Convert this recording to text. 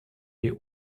die